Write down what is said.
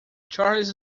charles